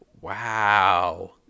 Wow